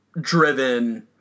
driven